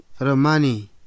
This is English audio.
Romani